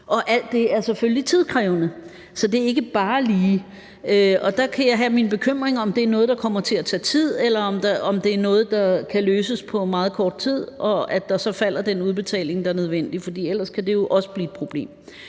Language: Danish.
Alt det er selvfølgelig tidskrævende, så det er ikke bare lige. Og der kan jeg have min bekymring, i forhold til om det er noget, der kommer til at tage tid, eller om det er noget, der kan løses på meget kort tid, og i forhold til at der så falder den udbetaling, der er nødvendig, for ellers kan det jo også blive et problem.